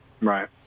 Right